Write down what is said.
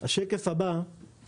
השקף הבא הוא